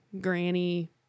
granny